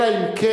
אלא אם כן,